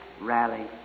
rally